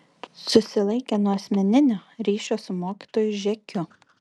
susilaikė nuo asmeninio ryšio su mokytoju žekiu